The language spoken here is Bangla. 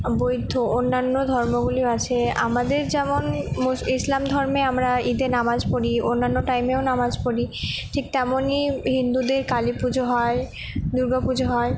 বৈদ্ধ অন্যান্য ধর্মগুলি আছে আমাদের যেমন মুস ইসলাম ধর্মে আমরা ঈদে নামাজ পড়ি অন্যান্য টাইমেও নামাজ পড়ি ঠিক তেমনি হিন্দুদের কালী পুজো হয় দুর্গা পুজো হয়